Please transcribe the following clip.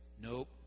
Nope